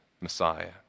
Messiah